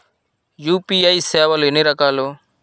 UPI సేవలు ఎన్నిరకాలు?